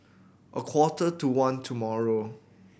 a quarter to one tomorrow